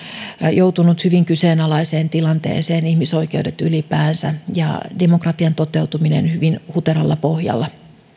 joutunut hyvin kyseenalaiseen tilanteeseen ihmisoikeudet ylipäänsä ja demokratian toteutuminen on hyvin huteralla pohjalla